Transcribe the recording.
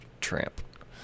tramp